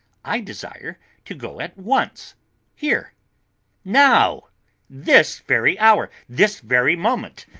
i desire to go at once here now this very hour this very moment,